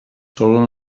solen